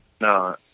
No